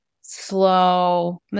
slow